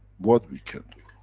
what we can do.